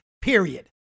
period